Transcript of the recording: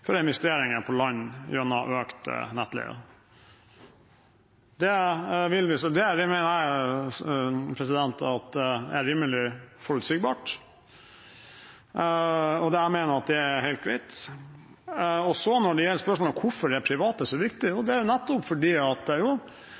for investeringer på land gjennom økt nettleie. Det mener jeg er rimelig forutsigbart, og jeg mener at det er helt greit. Når det gjelder spørsmålet om hvorfor det private er så viktig, er det nettopp fordi de to kablene vi nå er